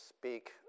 speak